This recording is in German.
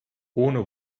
ohne